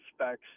specs